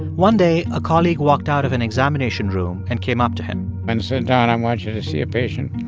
one day, a colleague walked out of an examination room and came up to him and said, don, i want you to see a patient.